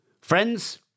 friends